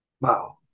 Wow